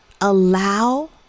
allow